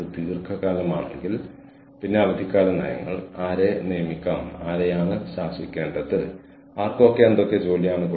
അതിനാൽ ദയവായി നിങ്ങളുടെ പ്രഭാഷണങ്ങൾ അരമണിക്കൂറായി ചുരുക്കുക എന്ന ഫീഡ്ബാക്ക് ഞങ്ങൾക്ക് ലഭിച്ചു